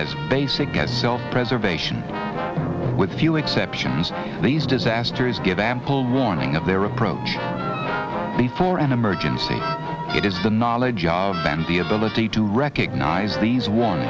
as basic as self preservation with few exceptions these disasters give ample warning of their approach before an emergency it is the knowledge of and the ability to recognize these